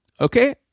Okay